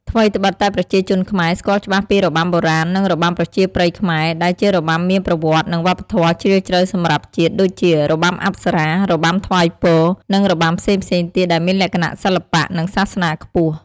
ថ្វីត្បិតតែប្រជាជនខ្មែរស្គាល់ច្បាស់ពី របាំបុរាណ និង របាំប្រជាប្រិយខ្មែរ ដែលជារបាំមានប្រវត្តិ និងវប្បធម៌ជ្រាលជ្រៅសម្រាប់ជាតិ ដូចជា របាំអប្សរា របាំថ្វាយពរ និងរបាំផ្សេងៗទៀតដែលមានលក្ខណៈសិល្បៈ និងសាសនាខ្ពស់។